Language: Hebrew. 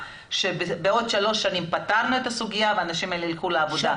שבעוד שלוש שנים הסוגיה תיפתר ואנשים ילכו לעבודה.